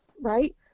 Right